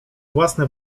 własne